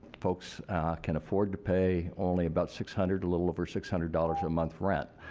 folks can afford to pay only about six hundred, a little over six hundred dollars a month rent.